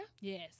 Yes